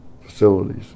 facilities